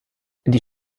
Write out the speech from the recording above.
die